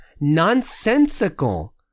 nonsensical